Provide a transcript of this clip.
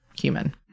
human